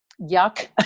yuck